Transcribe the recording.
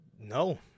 no